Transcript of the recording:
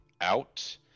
out